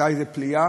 הייתה איזו פליאה